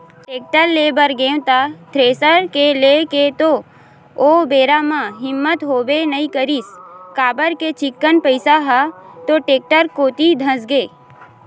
tractor ले बर गेंव त थेरेसर के लेय के तो ओ बेरा म हिम्मत होबे नइ करिस काबर के चिक्कन पइसा ह तो टेक्टर कोती धसगे